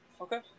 Okay